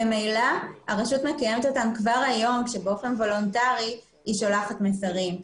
ממילא הרשות מקיימת אותן כבר היום כאשר באופן וולנטרי היא שולחת מסרים.